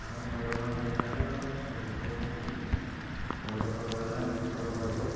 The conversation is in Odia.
ଆମର ମୟୂରଭଞ୍ଜ ଜିଲ୍ଲାର ସବୁଠୁ ବଡ଼ ପର୍ବ ହେଲା ମକର ପର୍ବ